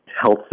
health